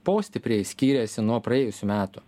postipriai skyrėsi nuo praėjusių metų